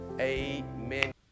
amen